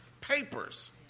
papers